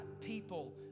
people